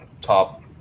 top